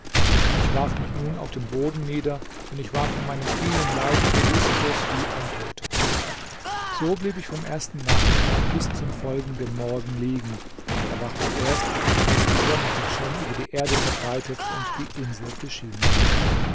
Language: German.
ich warf mich nun auf den boden nieder denn ich war von meinen vielen leiden bewußtlos wie ein toter so blieb ich vom ersten nachmittag bis zum folgenden morgen liegen und erwachte erst als die sonne sich schon über die erde verbreitet und die insel beschienen hatte